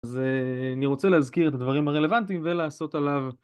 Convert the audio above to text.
אז אני רוצה להזכיר את הדברים הרלוונטיים ולעשות עליו.